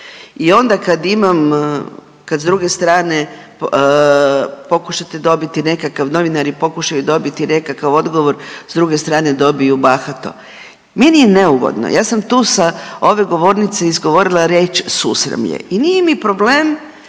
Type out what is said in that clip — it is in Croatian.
I onda kad imam, kad s druge strane pokušate dobiti nekakav, novinari pokušaju dobiti nekakav odgovor s druge strane dobiju bahato. Meni je neugodno, ja sam tu sa ove govornice izgovorila reč „susramlje“ i nije mi problem